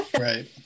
Right